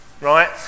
right